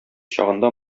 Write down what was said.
чагында